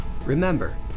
Remember